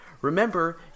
Remember